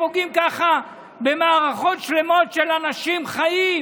פוגעים ככה במערכות שלמות של אנשים חיים.